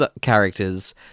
characters